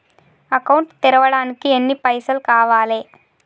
Account తెరవడానికి ఎన్ని పైసల్ కావాలే?